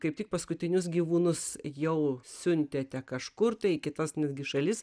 kaip tik paskutinius gyvūnus jau siuntėte kažkur tai kitas netgi šalis